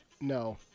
No